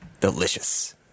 Delicious